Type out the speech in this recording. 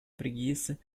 preguiça